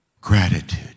Gratitude